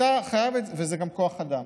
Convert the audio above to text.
זה גם כוח אדם,